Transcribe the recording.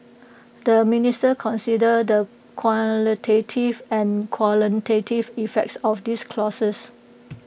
the minister considered the qualitative and quantitative effects of these clauses